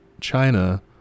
china